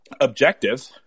objective